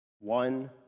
One